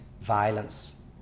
violence